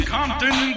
Compton